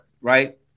Right